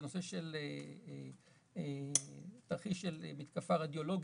וזה תרחיש של מתקפה רדיולוגית,